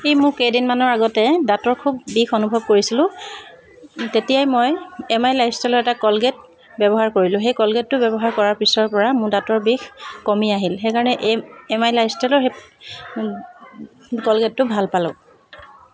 এই মোৰ কেইদিনমানৰ আগতে দাঁতৰ খুব বিষ অনুভৱ কৰিছিলোঁ তেতিয়াই মই এম আই লাইফষ্টাইলৰ এটা কলগেট ব্যৱহাৰ কৰিলোঁ সেই কলগেটটো ব্যৱহাৰ কৰাৰ পিছৰ পৰা মোৰ দাঁতৰ বিষ কমি আহিল সেইকাৰণে এই এম আই লাইফষ্টাইলৰ কলগেটটো ভাল পালোঁ